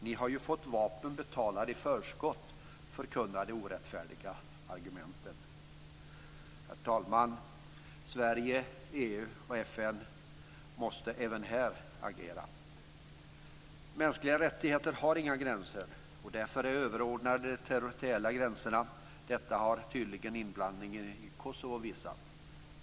Ni har ju fått vapen betalade i förskott, förkunnar det orättfärdiga argumentet. Herr talman! Sverige, EU och FN måste även här agera. Mänskliga rättigheter har inga gränser och är därför överordnade de territoriella gränserna. Detta har inblandningen i Kosovo tydligt visat.